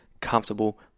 comfortable